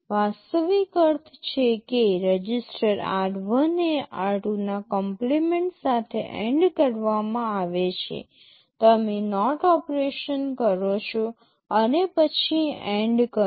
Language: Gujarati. વાસ્તવિક અર્થ એ છે કે રજિસ્ટર r1 એ r2 ના કમ્પલિમેન્ટ સાથે AND કરવામાં આવે છે તમે NOT ઓપરેશન કરો છો અને પછી AND કરો